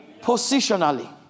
positionally